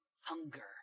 hunger